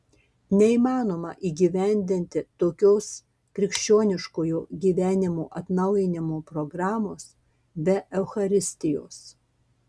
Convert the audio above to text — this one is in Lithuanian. neįmanoma įgyvendinti tokios krikščioniškojo gyvenimo atnaujinimo programos be eucharistijos